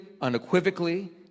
unequivocally